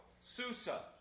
Susa